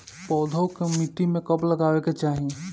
पौधे को मिट्टी में कब लगावे के चाही?